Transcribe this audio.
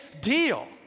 deal